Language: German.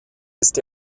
ist